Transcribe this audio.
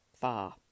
far